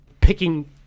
picking